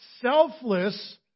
selfless